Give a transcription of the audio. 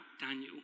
Daniel